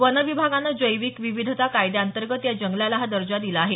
one विभागान जैविक विविधता कायद्याअंतर्गत या जंगलाला हा दर्जा दिला आहे